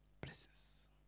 blessings